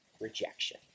rejection